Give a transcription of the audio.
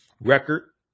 record